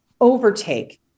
overtake